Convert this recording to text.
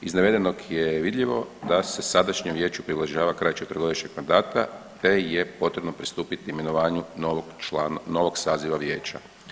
Iz navedenog je vidljivo da se sadašnjem vijeću približava kraj četverogodišnjeg mandata, te je potrebno pristupiti imenovanju novog saziva Vijeća.